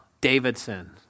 Davidson